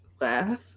laugh